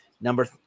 Number